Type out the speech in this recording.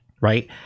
right